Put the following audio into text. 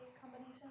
combination